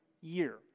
year